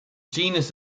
genus